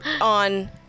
on